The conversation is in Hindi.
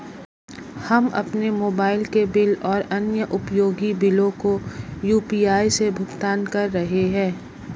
हम अपने मोबाइल के बिल और अन्य उपयोगी बिलों को यू.पी.आई से भुगतान कर रहे हैं